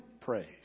praise